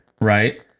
right